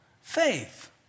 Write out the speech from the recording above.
Faith